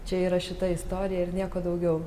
čia yra šita istorija ir nieko daugiau